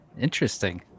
Interesting